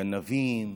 גנבים,